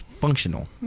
functional